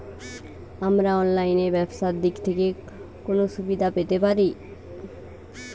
আমরা অনলাইনে ব্যবসার দিক থেকে কোন সুবিধা পেতে পারি?